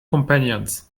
companions